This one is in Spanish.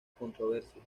controversia